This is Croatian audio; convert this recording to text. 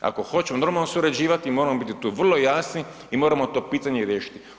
Ako hoćemo normalno surađivati, moramo tu biti vrlo jasni i moramo to pitanje riješiti.